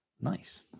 Nice